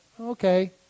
Okay